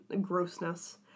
grossness